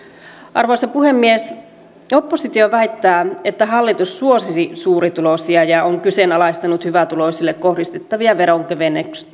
arvoisa puhemies oppositio väittää että hallitus suosisi suurituloisia ja on kyseenalaistanut hyvätuloisille kohdistettavia veronkevennyksiä